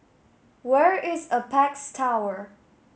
where is Apex Tower